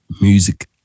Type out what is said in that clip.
music